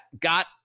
got